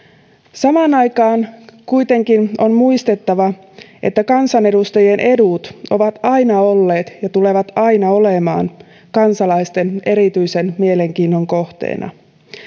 samaan aikaan kuitenkin on muistettava että kansanedustajien edut ovat aina olleet ja tulevat aina olemaan kansalaisten erityisen mielenkiinnon kohteina